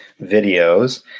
videos